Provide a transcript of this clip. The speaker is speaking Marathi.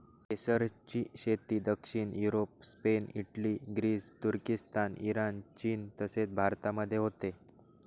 केसरची शेती दक्षिण युरोप, स्पेन, इटली, ग्रीस, तुर्किस्तान, इराण, चीन तसेच भारतामध्ये होते